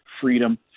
freedom